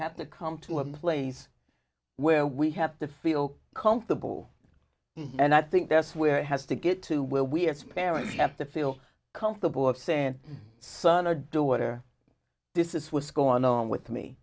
have to come to a place where we have to feel comfortable and i think that's where it has to get to where we as parents have to feel comfortable of saying son or daughter this is what's going on with me